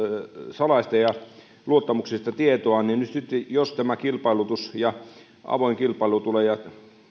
salaista ja luottamuksellista tietoa niin jos tämä kilpailutus ja avoin kilpailu tulee ja